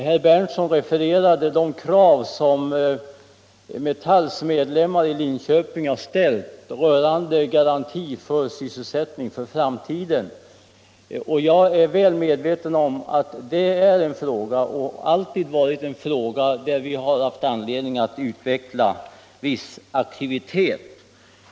Herr Berndtson refererade de krav som Metalls medlemmar i Linköping har ställt rörande sysselsättningsgaranti för framtiden. Jag är väl medveten om att det är och alltid har varit en fråga där vi haft anledning att utveckla viss aktivitet.